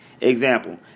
Example